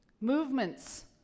Movements